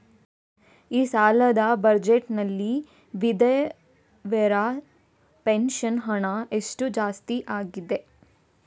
ಈ ಸಲದ ಬಜೆಟ್ ನಲ್ಲಿ ವಿಧವೆರ ಪೆನ್ಷನ್ ಹಣ ಎಷ್ಟು ಜಾಸ್ತಿ ಆಗಿದೆ?